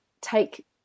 take